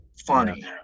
funny